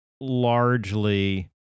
largely